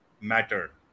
matter